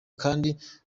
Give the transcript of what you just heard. kandi